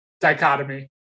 dichotomy